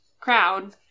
crowd